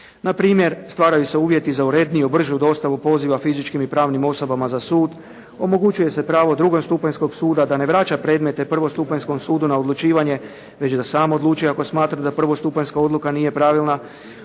Na primjer stvaraju se uvjeti za uredniju i bržu dostavu poziva fizičkim i pravnim osobama za sud. Omogućuje se pravo drugostupanjskog suda da ne vraća predmete prvostupanjskom sudu na odlučivanje već da sam odlučuje ako smatra da prvostupanjska odluka nije pravilna.